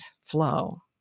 flow